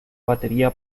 batería